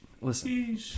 Listen